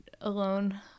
alone